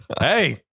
Hey